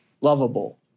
lovable